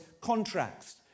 contracts